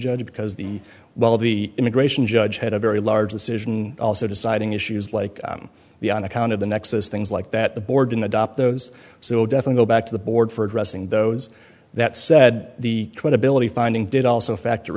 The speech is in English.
judge because the well the immigration judge had a very large decision also deciding issues like the on account of the nexus things like that the board in adopt those so definitely back to the board for addressing those that said the twin ability finding did also factor